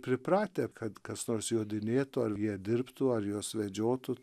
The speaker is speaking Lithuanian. pripratę kad kas nors jodinėtų ar jie dirbtų ar juos vedžiotų